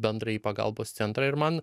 bendrąjį pagalbos centrą ir man